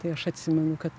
tai aš atsimenu kad